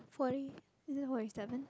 forty is it forty seven